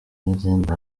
n’izindi